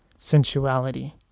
sensuality